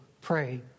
Pray